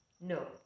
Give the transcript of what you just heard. No